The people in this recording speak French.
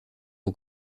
aux